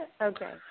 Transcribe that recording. Okay